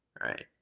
Right